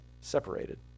separated